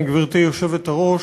גברתי היושבת-ראש,